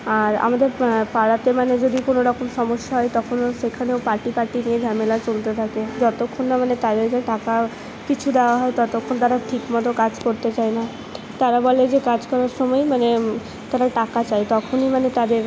আর আমাদের পাড়াতে মানে যদি কোনো রকম সমস্যা হয় তখন সেখানেও পার্টি পার্টি নিয়ে ঝামেলা চলতে থাকে যতোক্ষণ না মানে তাদেরকে টাকা কিছু দেওয়া হয় ততোক্ষণ তারা ঠিক মতো কাজ করতে চায় না তারা বলে যে কাজ করার সময় মানে তারা টাকা চায় তখনই মানে তাদের